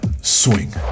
Swing